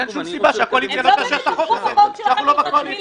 אין שום סיבה שהקואליציה לא תאשר את החוק הזה כשאנחנו לא בקואליציה,